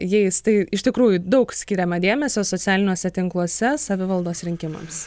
jais tai iš tikrųjų daug skiriama dėmesio socialiniuose tinkluose savivaldos rinkimams